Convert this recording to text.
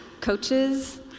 coaches